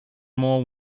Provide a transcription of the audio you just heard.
more